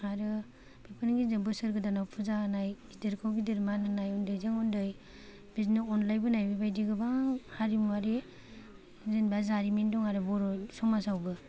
आरो बेफोरनि गेजेरजों बोसोर गोदानाव फुजा होनाय गिदिरखौ गिदिर मान होनाय उन्दैजों उन्दै बिदिनो अनलायबोनाय बेबादि गोबां हारिमुवारि जेन'बा जारिमिन दं आरो बर' समाजावबो